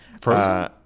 Frozen